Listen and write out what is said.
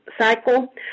cycle